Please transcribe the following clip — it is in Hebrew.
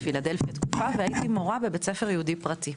בפילדלפיה תקופה והייתי מורה בבית ספר יהודי פרטי.